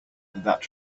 that